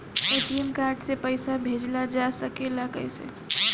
ATM card से पइसा भेजल जा सकेला कइसे?